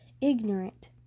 ignorant